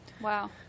wow